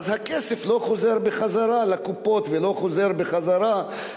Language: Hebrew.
הכסף לא חוזר לקופות ולא חוזר לרווחת